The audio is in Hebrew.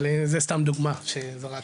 אבל זה סתם דוגמה שזרקתי.